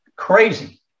Crazy